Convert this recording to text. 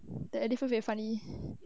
the elephant very funny